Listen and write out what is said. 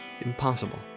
impossible